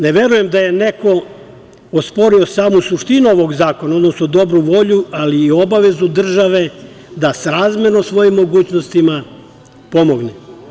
Ne verujem da je neko osporio samu suštinu ovog zakona, odnosno dobru volju, ali i obavezu države da srazmerno svojim mogućnostima pomogne.